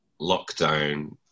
lockdown